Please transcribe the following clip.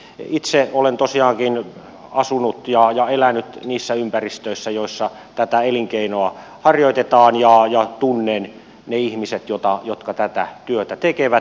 itse olen tosiaankin asunut ja elänyt niissä ympäristöissä joissa tätä elinkeinoa harjoitetaan ja tunnen ne ihmiset jotka tätä työtä tekevät